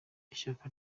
ishyaka